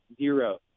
Zero